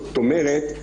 זאת אומרת,